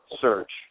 search